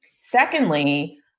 Secondly